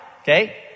Okay